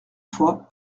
fois